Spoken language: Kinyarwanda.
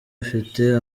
afite